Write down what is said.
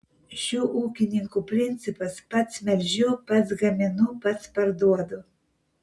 šių ūkininkų principas pats melžiu pats gaminu pats parduodu